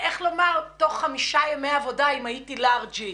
תוך חמישה ימי עבודה, והייתי לארג'ית.